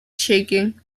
shaking